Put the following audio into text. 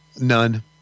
None